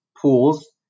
pools